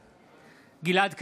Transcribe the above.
בעד גלעד קריב,